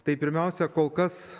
tai pirmiausia kol kas